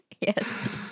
yes